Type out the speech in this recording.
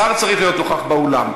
השר צריך להיות נוכח באולם.